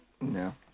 No